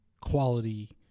quality